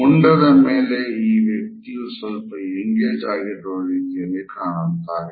ಮುಂಡದ ಮೇಲೆ ಈ ವ್ಯಕ್ತಿಯು ಸ್ವಲ್ಪ ಎಂಗೇಜ್ ಆಗಿರುವ ರೀತಿಯಲ್ಲಿ ಕಾಣುತ್ತಾರೆ